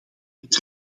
met